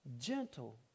Gentle